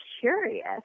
curious